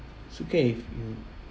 it's okay if you